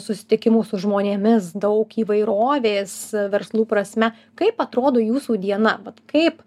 susitikimų su žmonėmis daug įvairovės verslų prasme kaip atrodo jūsų diena vat kaip